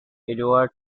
edward